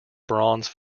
bronze